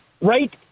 Right